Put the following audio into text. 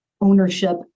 ownership